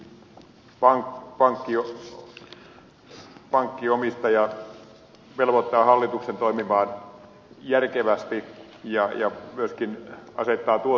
niin myöskin pankkiomistaja velvoittaa hallituksen toimimaan järkevästi ja myöskin asettaa tuottotavoitteet